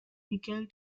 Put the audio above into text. miquel